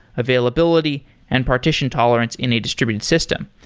availability and partition tolerance in a distributed system.